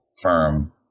firm